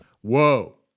Whoa